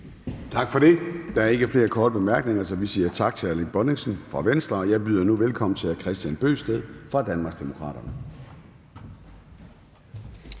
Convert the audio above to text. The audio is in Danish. Tak for det. Der er ikke flere korte bemærkninger, så vi siger tak til hr. Erling Bonnesen fra Venstre. Jeg byder nu velkommen til hr. Kristian Bøgsted fra Danmarksdemokraterne.